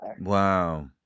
Wow